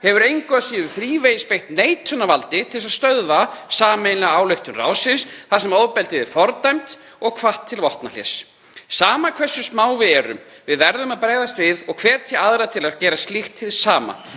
hefur engu að síður þrívegis beitt neitunarvaldi til að stöðva sameiginlega ályktun ráðsins þar sem ofbeldið er fordæmt og hvatt er til vopnahlés. Það er sama hversu smá við erum, við verðum að bregðast við og hvetja aðra til að gera slíkt hið sama.